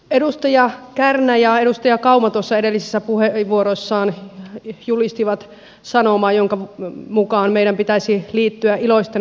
edustaja kärnä ja edustaja kauma edellisissä puheenvuoroissaan julistivat sanomaa jonka mukaan meidän pitäisi liittyä iloisten maksajien joukkoon